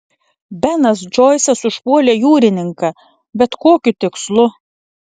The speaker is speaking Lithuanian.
benas džoisas užpuolė jūrininką bet kokiu tikslu